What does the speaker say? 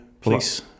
please